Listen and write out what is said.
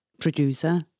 producer